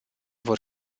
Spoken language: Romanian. vor